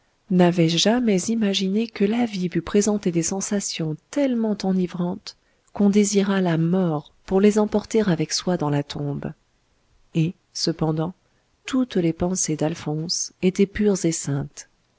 n'avait jamais imaginé que la vie pût présenter des sensations tellement enivrantes qu'on désirât la mort pour les emporter avec soi dans la tombe et cependant toutes les pensées d'alphonse étaient pures et saintes